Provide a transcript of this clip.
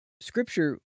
scripture